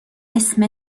اسم